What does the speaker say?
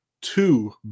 two